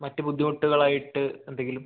മറ്റ് ബുദ്ധിമുട്ടുകളായിട്ട് എന്തെങ്കിലും